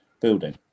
building